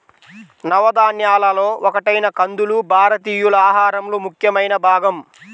నవధాన్యాలలో ఒకటైన కందులు భారతీయుల ఆహారంలో ముఖ్యమైన భాగం